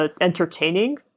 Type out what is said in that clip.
entertaining